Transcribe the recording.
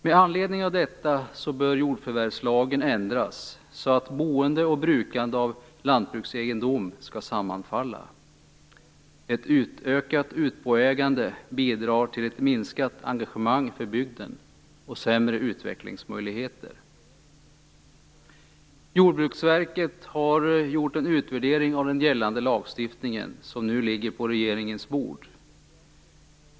Med anledning av detta bör jordförvärvslagen ändras så att boende och brukande i fråga om lantbruksegendom skall sammanfalla. Ett utökat utboägande bidrar till ett minskat engagemang för bygden och sämre utvecklingsmöjligheter. Jordbruksverket har gjort en utvärdering av den gällande lagstiftningen som nu ligger på regeringens bord.